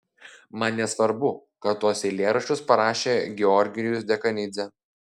man nesvarbu kad tuos eilėraščius parašė georgijus dekanidzė